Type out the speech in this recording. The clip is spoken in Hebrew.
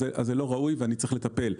זה לא ראוי ואני צריך לטפל.